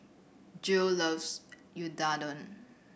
Jill loves Unadon